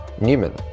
newman